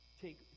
take